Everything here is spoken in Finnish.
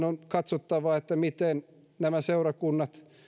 on katsottava miten nämä seurakunnat